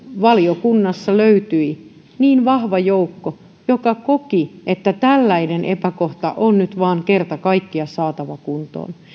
valiokunnassa löytyi niin vahva joukko joka koki että tällainen epäkohta on nyt vain kerta kaikkiaan saatava kuntoon